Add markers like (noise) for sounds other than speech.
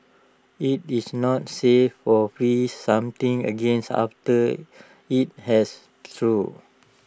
IT is not safe or freeze something (unintelligible) after IT has thawed